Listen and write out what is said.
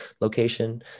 location